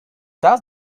does